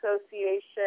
Association